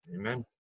Amen